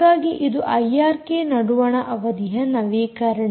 ಹಾಗಾಗಿ ಇದು ಐಆರ್ಕೆ ನಡುವಣ ಅವಧಿಯ ನವೀಕರಣ